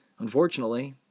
Unfortunately